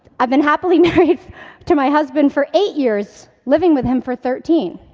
i've been happily married to my husband for eight years, living with him for thirteen.